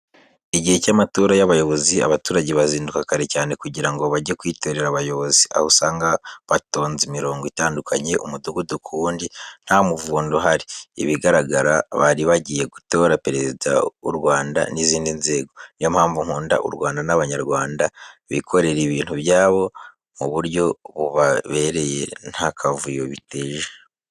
Igihe cy'amatora y'abayobozi, abaturage bazinduka kare cyane kugira ngo bajye kwitorera abayobozi. Aho usanga batonze imirongo itandukanye, umudugudu ku wundi nta muvundo uhari. Ibigaragara bari bagiye gutora perezida w'u Rwanda n'izindi nzego. Niyo mpamvu nkunda u Rwanda n'Abanyarwanda bikorera ibintu byabo mu buryo bubabereye nta kavuyo biteje.